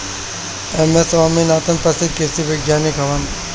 M S Swaminathan प्रसिद्ध कृषि वैज्ञानिक हवन